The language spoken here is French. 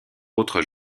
autres